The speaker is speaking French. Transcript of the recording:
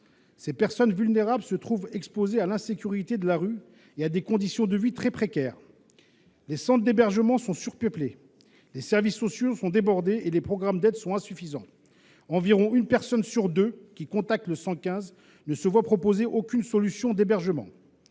Ces personnes vulnérables se retrouvent exposées à l’insécurité de la rue et à des conditions de vie très précaires. Les centres d’hébergement sont surpeuplés, les services sociaux sont débordés et les programmes d’aide sont insuffisants. Environ une personne sur deux qui contacte le 115 ne se voit proposer aucune solution d’hébergement.